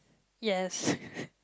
yes